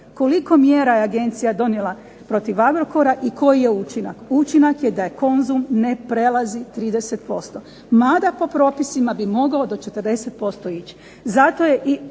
koliko mjera je agencija donijela protiv Agrokora i koji je učinak. Učinak je da je KOnzum ne prelazi 30%, mada po propisima bi mogao do 40% ići.